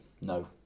no